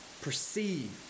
perceive